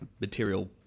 material